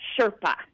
Sherpa